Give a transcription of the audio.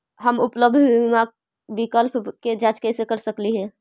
हम उपलब्ध बीमा विकल्प के जांच कैसे कर सकली हे?